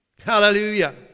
Hallelujah